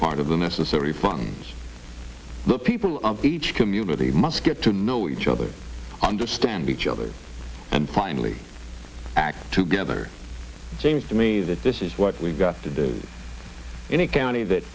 part of the necessary funds the people of each community must get to know each other understand each other and finally act together james to me that this is what we've got to do any county that